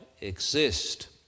exist